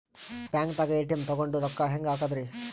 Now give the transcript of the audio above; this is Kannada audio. ಬ್ಯಾಂಕ್ದಾಗ ಎ.ಟಿ.ಎಂ ತಗೊಂಡ್ ರೊಕ್ಕ ಹೆಂಗ್ ಹಾಕದ್ರಿ?